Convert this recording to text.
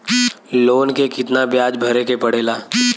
Loan के कितना ब्याज भरे के पड़े ला?